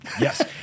Yes